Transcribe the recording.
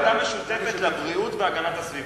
יש ועדה משותפת לבריאות והגנת הסביבה,